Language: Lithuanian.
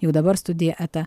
jau dabar studija eta